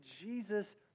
Jesus